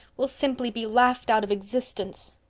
we'll simply be laughed out of existence.